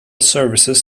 services